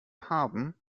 haben